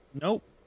Nope